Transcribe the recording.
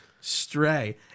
Stray